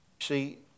See